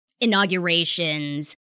inaugurations